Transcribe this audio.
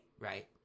right